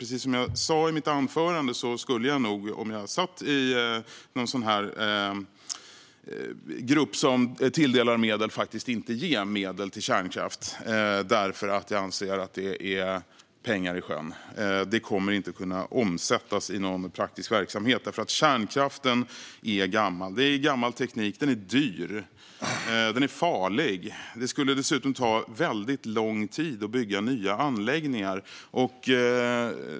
Precis som jag sa i mitt anförande skulle jag nog, om jag satt i en sådan här grupp som tilldelar medel, inte ge medel till kärnkraft. Jag anser att det är pengar i sjön. Det kommer inte att kunna omsättas i någon praktisk verksamhet. Kärnkraften är gammal. Det är gammal teknik. Den är dyr. Den är farlig. Det skulle dessutom ta väldigt lång tid att bygga nya anläggningar.